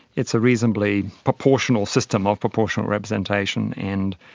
it's a reasonably proportional system of proportional representation, and